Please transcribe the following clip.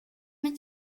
mit